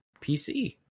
PC